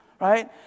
right